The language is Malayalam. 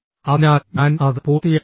അതിനാൽ ഞാൻ അത് പൂർത്തിയാക്കട്ടെ